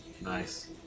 Nice